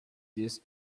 this